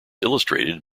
illustrated